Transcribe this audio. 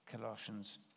Colossians